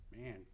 Man